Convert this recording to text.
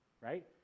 right